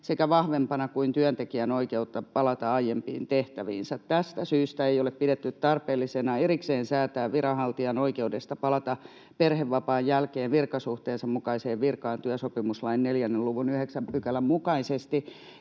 sekä vahvempana kuin työntekijän oikeutta palata aiempiin tehtäviinsä. Tästä syystä ei ole pidetty tarpeellisena erikseen säätää viranhaltijan oikeudesta palata perhevapaan jälkeen virkasuhteensa mukaiseen virkaan työsopimuslain 4 luvun 9 §:n mukaisesti.”